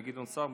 גדעון סער.